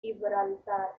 gibraltar